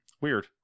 Weird